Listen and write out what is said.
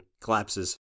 collapses